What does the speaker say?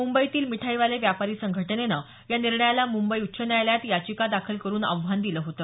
मुंबईतील मिठाईवाले व्यापारी संघटनेनं या निर्णयाला मुंबई उच्च न्यायालयात याचिका दाखल करून आव्हान दिलं होत